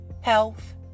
health